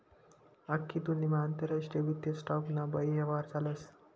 आख्खी दुन्यामा आंतरराष्ट्रीय वित्त स्टॉक ना बये यव्हार चालस